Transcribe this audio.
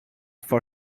for